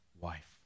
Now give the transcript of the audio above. wife